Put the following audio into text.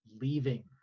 Leaving